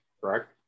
correct